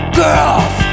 girls